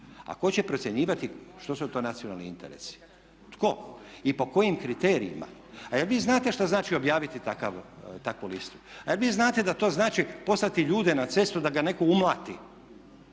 A tko će procjenjivati što su to nacionalni interesi? Tko? I po kojim kriterijima? A jel' vi znate šta znači objaviti takvu listu? A jel' vi znate da to znači poslati ljude na cestu da ga netko umlati